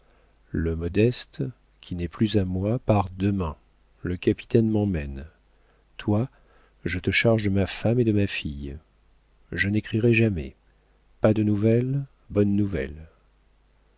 le modeste qui n'est plus à moi part demain le capitaine m'emmène toi je te charge de ma femme et de ma fille je n'écrirai jamais pas de nouvelles bonnes nouvelles